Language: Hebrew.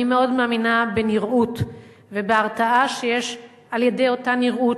אני מאוד מאמינה בנראות ובהרתעה שיש על-ידי אותה נראות,